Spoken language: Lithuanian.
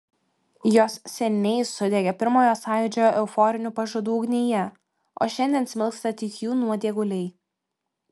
jos seniai sudegė pirmojo sąjūdžio euforinių pažadų ugnyje o šiandien smilksta tik jų nuodėguliai